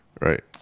right